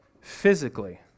physically